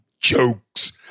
jokes